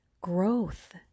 growth